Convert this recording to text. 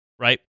right